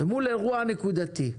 למול אירוע נקודתי.